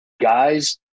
guys